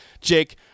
Jake